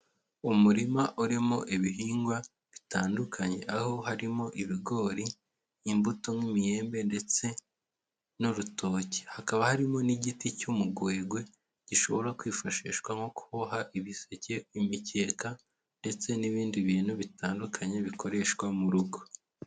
Umurima urimo ibihingwa bitandukanye aho harimo ibigori, imbuto nk'imiyembe ndetse n'urutoki, hakaba harimo n'igiti cy'umugwegwe gishobora kwifashishwamo nko kuboha ibiseke, imikeke ndetse n'ibindi bintu bitandukanye bikoreshwa mu rugo.